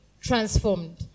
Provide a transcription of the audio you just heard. transformed